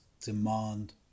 demand